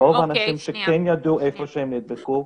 רוב האנשים שכן ידעו איפה הם נדבקו,